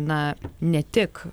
na ne tik